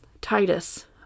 Titus